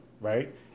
right